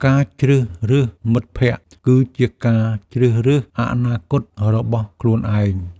ការជ្រើសរើសមិត្តភក្តិ គឺជាការជ្រើសរើសអនាគតរបស់ខ្លួនឯង។